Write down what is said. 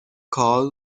کال